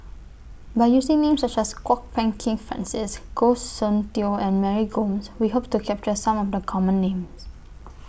By using Names such as Kwok Peng Kin Francis Goh Soon Tioe and Mary Gomes We Hope to capture Some of The Common Names